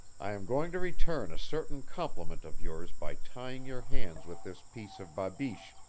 i am going to return a certain compliment of yours by tying your hands with this piece of babeesh,